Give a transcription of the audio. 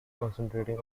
concentrating